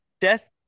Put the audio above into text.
Death